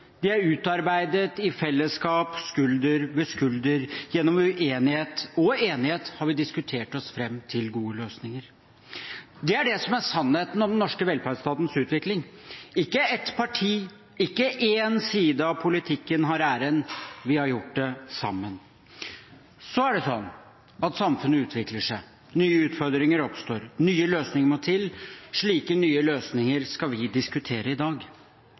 De er utarbeidet i fellesskap, skulder ved skulder. Gjennom uenighet og enighet har vi diskutert oss fram til gode løsninger. Det er det som er sannheten om den norske velferdsstatens utvikling. Ikke ett parti, ikke én side av politikken har æren. Vi har gjort det sammen. Men samfunnet utvikler seg. Nye utfordringer oppstår, og nye løsninger må til. Slike nye løsninger skal vi diskutere i dag.